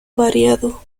variado